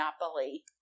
Monopoly